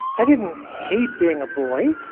i didn't hate being a boy.